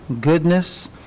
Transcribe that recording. goodness